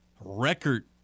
record